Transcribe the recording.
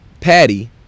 Patty